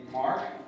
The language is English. Mark